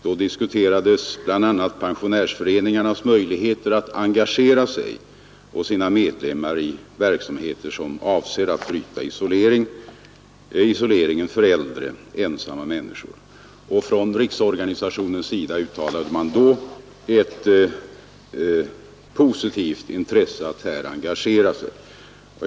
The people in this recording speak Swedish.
Då diskuterades bl.a. pensionärsföreningarnas möjligheter att engagera sig och sina medlemmar i verksamheter som avser att bryta isoleringen för äldre ensamma människor. Från riksorganisationen uttalade man då ett positivt intresse för ett sådant engagemang.